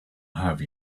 have